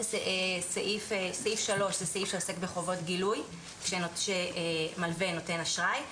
סעיף 3 הוא סעיף שעוסק בחובות גילוי שמלווה נותן אשראי.